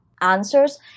answers